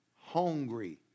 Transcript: Hungry